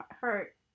hurt